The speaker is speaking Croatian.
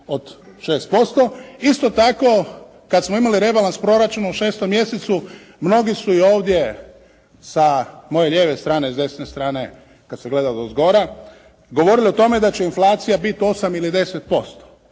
od 6%. Isto tako kad smo imali rebalans proračuna u 6. mjesecu mnogi su i ovdje sa moje lijeve strane, s desne strane kad se gleda odozgora govorili o tome da će inflacija biti 8 ili 10%.